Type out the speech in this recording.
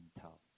tell